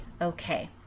okay